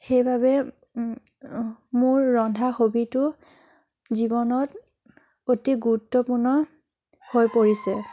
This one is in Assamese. সেইবাবে মোৰ ৰন্ধা হবিটো জীৱনত অতি গুৰুত্বপূৰ্ণ হৈ পৰিছে